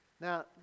Now